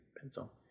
pencil